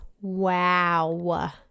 Wow